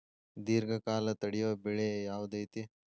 ದೇರ್ಘಕಾಲ ತಡಿಯೋ ಬೆಳೆ ಯಾವ್ದು ಐತಿ?